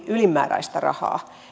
ylimääräistä rahaa